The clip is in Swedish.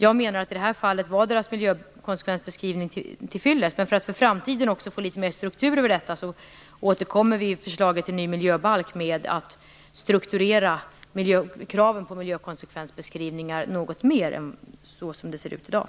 Jag menar att miljökonsekvensbeskrivningen var tillfyllest i detta fall. Men för att i framtiden få litet mer struktur över detta återkommer vi i förslaget till ny miljöbalk till att strukturera kraven på miljökonsekvensbeskrivningar något mer än i dag.